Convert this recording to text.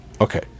Okay